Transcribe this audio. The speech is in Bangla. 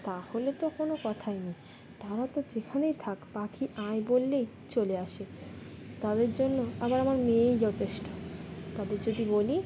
তাহলে তো কোনো কথাই নেই তারা তো যেখানেই থাক পাখি আয় বললেই চলে আসে তাদের জন্য আবার আমার মেয়েই যথেষ্ট তাদের যদি বলি